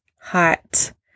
hot